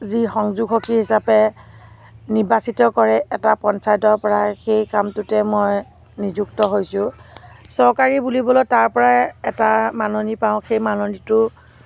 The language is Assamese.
যি সংযোগ সখী হিচাপে নিৰ্বাচিত কৰে এটা পঞ্চায়তৰ পৰা সেই কামটোতেই মই নিযুক্ত হৈছোঁ চৰকাৰী বুলিবলৈ তাৰ পৰাই এটা মাননী পাওঁ সেই মাননীটো